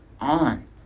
on